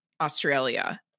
Australia